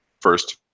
First